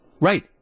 right